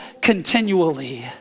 continually